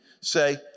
say